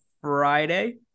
Friday